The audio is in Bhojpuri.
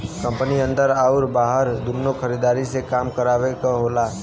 कंपनी अन्दर आउर बाहर दुन्नो खरीदार से काम करावे क होला